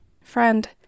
Friend